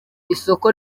isoko